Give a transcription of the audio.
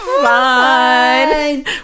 fine